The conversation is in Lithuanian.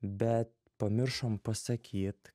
bet pamiršom pasakyt